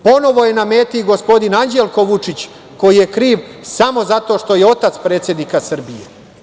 Ponovo je na meti gospodin Anđelko Vučić, koji je kriv samo zato što je otac predsednika Srbije.